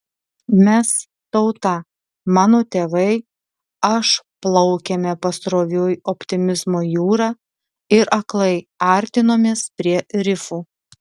mes tauta mano tėvai aš plaukėme pasroviui optimizmo jūra ir aklai artinomės prie rifų